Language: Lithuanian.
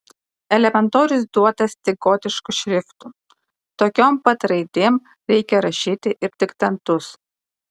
elementorius duotas tik gotišku šriftu tokiom pat raidėm reikia rašyti ir diktantus